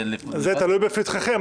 זה עומד לפתחכם.